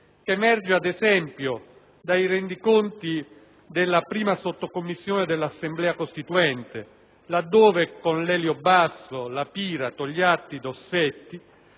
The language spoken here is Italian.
che emerge, ad esempio, dai rendiconti della prima Sottocommissione dell'Assemblea costituente, laddove, con Lelio Basso, La Pira, Togliatti, Dossetti,